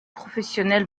professionnel